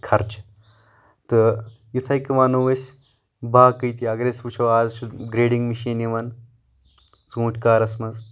خرچہِ تہٕ یِتھٕے کٔۍ ونو أسۍ باقٕے تہِ اگر أسۍ وٕچھو از چھِ گریڈنٛگ مشیٖن یِوان ژوٗنٛٹھۍ کارس منٛز